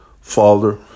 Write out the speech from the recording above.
Father